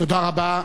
תודה רבה.